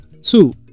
two